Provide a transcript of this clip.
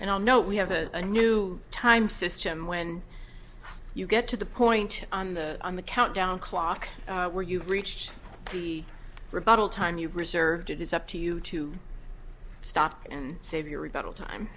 and i know we have a new time system when you get to the point on the on the countdown clock where you've reached the rebuttal time you've reserved it is up to you to stop and save your rebuttal time